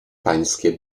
pańskie